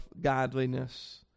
godliness